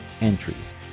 entries